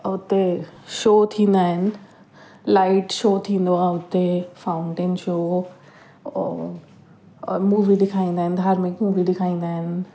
हुते शो थींदा आहिनि लाइट शो थींदो आहे हुते फाउंटेन शो और मूवी ॾेखाईंदा आहिनि धार्मिक मूवी ॾेखाईंदा आहिनि